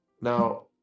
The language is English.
Now